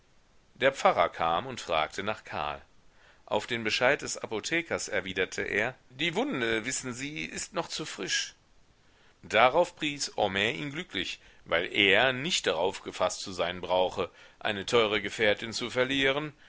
der pfarrer kam und fragte nach karl auf den bescheid des apothekers erwiderte er die wunde wissen sie ist noch zu frisch darauf pries homais ihn glücklich weil er nicht darauf gefaßt zu sein brauche eine teure gefährtin zu verlieren